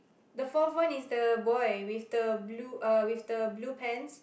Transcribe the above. the fourth one is the boy with the blue uh with the blue pants